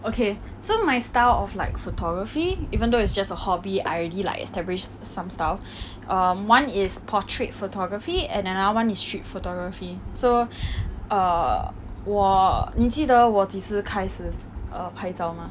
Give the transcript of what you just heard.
okay so my style of like photography even though it's just a hobby I already like established some style um one is portrait photography and another one is street photography so err 我你记得我几时开始 err 拍照 mah